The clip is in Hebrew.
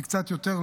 לדעתי זה קצת יותר,